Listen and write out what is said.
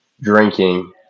drinking